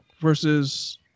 versus